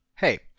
Hey